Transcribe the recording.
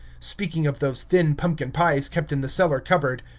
speaking of those thin pumpkin-pies kept in the cellar cupboard.